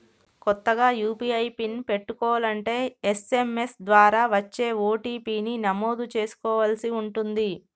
కొత్తగా UPI pin పెట్టుకోలంటే SMS ద్వారా వచ్చే ఓ.టీ.పీ ని నమోదు చేసుకోవలసి ఉంటుంది